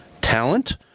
talent